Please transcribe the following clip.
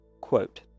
Quote